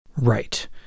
Right